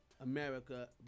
America